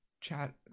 chat